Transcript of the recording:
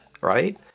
right